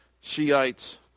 Shiites